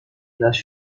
nas